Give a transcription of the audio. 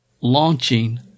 launching